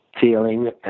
feeling